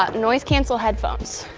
ah noise-cancel headphones,